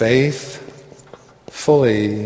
faithfully